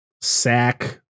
sack